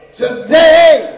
today